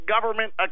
Government